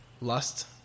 lust